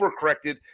overcorrected